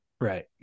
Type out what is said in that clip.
Right